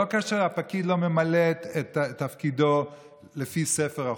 לא כאשר הפקיד לא ממלא את תפקידו לפי ספר החוקים.